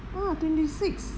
ah twenty six